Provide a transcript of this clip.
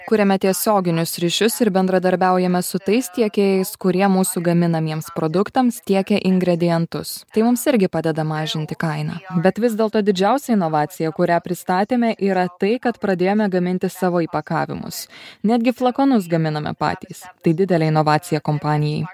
kuriame tiesioginius ryšius ir bendradarbiaujame su tais tiekėjais kurie mūsų gaminamiems produktams tiekia ingredientus tai mums irgi padeda mažinti kainą bet vis dėlto didžiausia inovacija kurią pristatėme yra tai kad pradėjome gaminti savo įpakavimus netgi flakonus gaminame patys tai didelė inovacija kompanijai